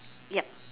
yup